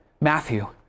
Matthew